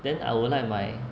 then I would like my